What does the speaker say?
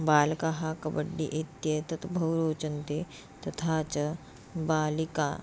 बालकाः कबड्डि इत्येतत् बहु रोचन्ते तथा च बालिका